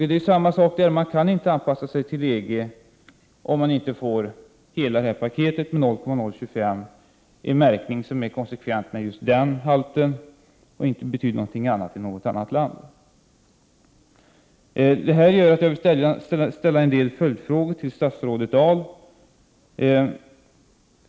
Det är samma sak där— man kan inte anpassa sig till EG, om man inte får hela paketet med 0,025 viktprocent, en märkning som är konsekvent och som inte betyder något annat i ett annat land. Allt detta gör att jag vill ställa en del följdfrågor till statsrådet Dahl.